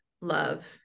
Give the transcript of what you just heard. love